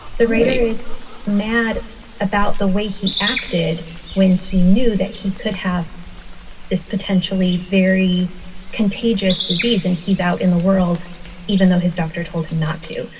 the reader is mad about the way he acted when he knew that he could have this potentially very contagious disease. and he's out in the world even though his doctor told him not to.